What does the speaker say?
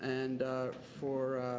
and for